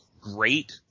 great